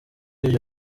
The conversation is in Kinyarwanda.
ibyo